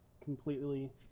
completely